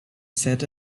set